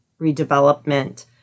redevelopment